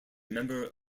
member